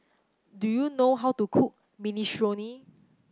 do you know how to cook Minestrone